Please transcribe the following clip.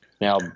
now